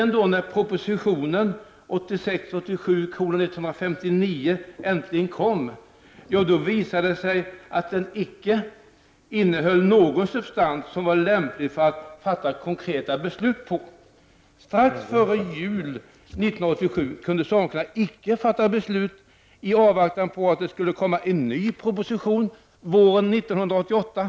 När propositionen 1986/87:159 äntligen kom, visade det sig att den icke innehöll någon substans som var lämpad att fatta konkreta beslut på.” Strax före jul 1987 kunde socialdemokraterna icke fatta beslut i avvaktan på att det skulle komma en ny proposition våren 1988.